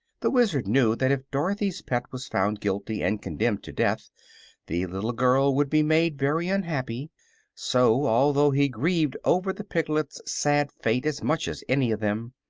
the wizard knew that if dorothy's pet was found guilty and condemned to death the little girl would be made very unhappy so, although he grieved over the piglet's sad fate as much as any of them,